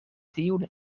tiun